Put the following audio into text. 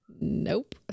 Nope